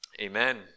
Amen